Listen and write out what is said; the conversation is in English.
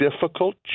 difficult